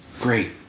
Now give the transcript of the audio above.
Great